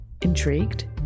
Intrigued